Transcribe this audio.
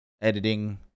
editing